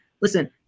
Listen